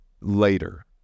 later